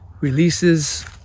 releases